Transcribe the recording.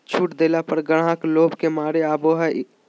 छुट देला पर ग्राहक लोभ के मारे आवो हकाई